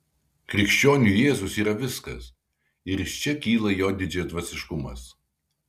krikščioniui jėzus yra viskas ir iš čia kyla jo didžiadvasiškumas